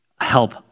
help